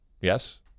Yes